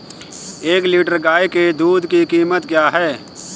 एक लीटर गाय के दूध की कीमत क्या है?